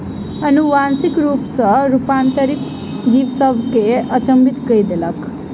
अनुवांशिक रूप सॅ रूपांतरित जीव सभ के अचंभित कय देलक